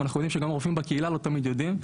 אבל אנחנו יודעים שגם הם לא תמיד יודעים.